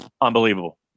unbelievable